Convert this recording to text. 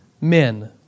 men